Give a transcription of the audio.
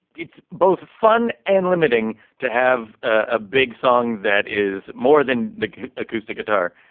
it's both fun and limiting to have a big song that is more than the acoustic guitar.